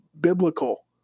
biblical